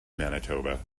manitoba